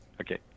okay